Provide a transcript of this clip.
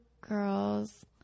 girls